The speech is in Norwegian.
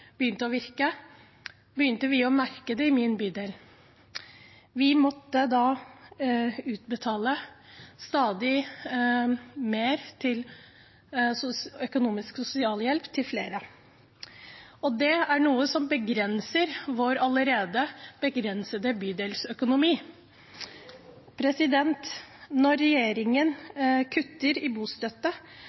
begynte å virke, merket vi det i min bydel. Vi måtte utbetale stadig mer i økonomisk sosialhjelp til flere, og det er noe som begrenser vår allerede begrensede bydelsøkonomi. Når regjeringen kutter i bostøtte,